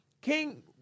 King